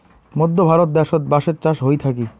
মধ্য ভারত দ্যাশোত বাঁশের চাষ হই থাকি